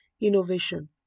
Innovation